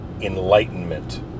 Enlightenment